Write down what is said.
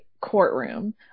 courtroom